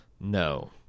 No